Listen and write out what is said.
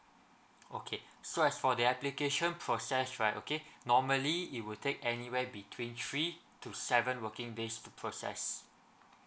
okay so as for the application process right okay normally it would take anywhere between three to seven working days to process